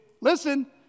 listen